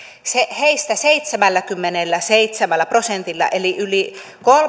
heistä seitsemälläkymmenelläseitsemällä prosentilla eli yli